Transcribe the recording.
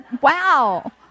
wow